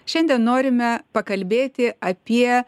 šiandien norime pakalbėti apie